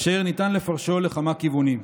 אשר ניתן לפרשו לכמה כיוונים.